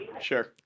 Sure